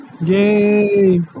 Yay